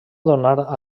donar